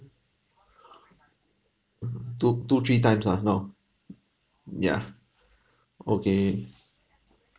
mmhmm two two three times lah now mm yeah okay